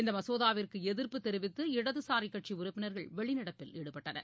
இந்த மசோதாவிற்கு எதிர்ப்பு தெரிவித்து இடதுசாரி கட்சி உறுப்பினர்கள் வெளிநடப்பில் ஈடுபட்டனர்